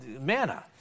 manna